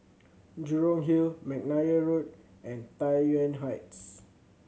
Jurong Hill McNair Road and Tai Yuan Heights